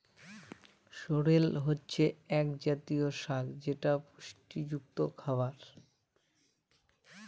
সরেল হচ্ছে এক জাতীয় শাক যেটা পুষ্টিযুক্ত খাবার